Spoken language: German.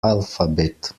alphabet